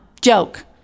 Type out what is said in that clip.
joke